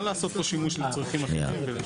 לא לעשות בו שימוש לצרכים אחרים.